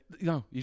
No